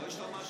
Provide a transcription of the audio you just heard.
לא השתמשנו.